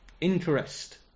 Interest